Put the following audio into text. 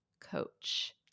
coach